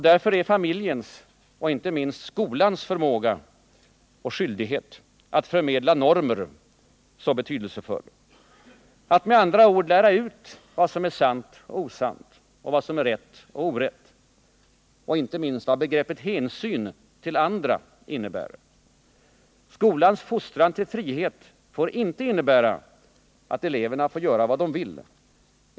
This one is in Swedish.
Därför är familjens och inte minst skolans förmåga och skyldighet att förmedla normer så betydelsefull. Att med andra ord lära ut vad som är sant och osant, vad som är rätt och orätt. Och inte minst vad begreppet hänsyn mot andra innebär. Skolans fostran till frihet får inte innebära att eleverna får göra vad de vill.